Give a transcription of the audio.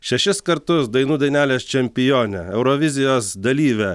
šešis kartus dainų dainelės čempionė eurovizijos dalyvė